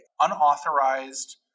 unauthorized